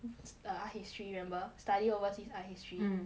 art history you remember study overseas art history mm